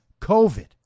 covid